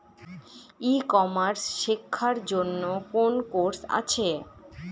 ই commerce শেক্ষার জন্য কোন কোর্স আছে?